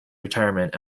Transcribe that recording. retirement